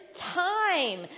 time